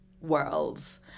worlds